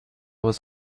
was